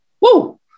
Woo